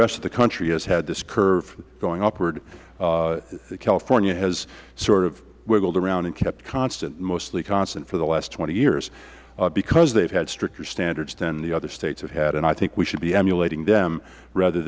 rest of the country has had this curve going upward california has sort of wiggled around and kept constant mostly constant for the last twenty years because they have had stricter standards than the other states have had and i think we should be emulating them rather